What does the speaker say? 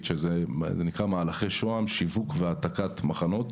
שנקראת "מהלכי שוה"ם" שיווק והעתקת מחנות.